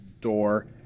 door